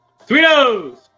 Sweetos